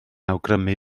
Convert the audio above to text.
awgrymu